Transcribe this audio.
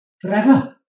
Forever